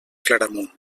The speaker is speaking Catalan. claramunt